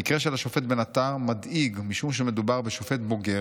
המקרה של השופט בן עטר מדאיג משום שמדובר בשופט בוגר,